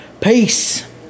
Peace